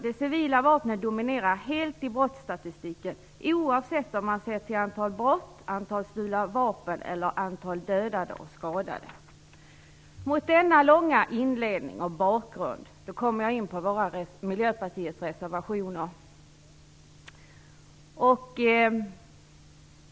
De civila vapnen dominerar alltså helt i brottsstatistiken, oavsett om man ser till antal brott, antal stulna vapen eller antal dödade och skadade. Efter denna långa inledning och bakgrund kommer jag in på Miljöpartiets reservationer.